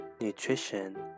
Nutrition